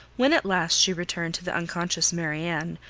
when at last she returned to the unconscious marianne,